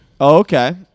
Okay